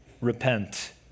repent